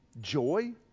joy